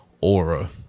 aura